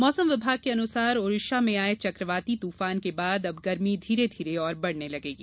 मौसम विभाग के अनुसार ओड़िशा में आये चकवाती तूफान के बाद अब गर्मी धीरे धीरे और बढ़ने लगेगी